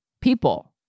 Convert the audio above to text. people